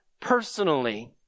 personally